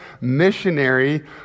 missionary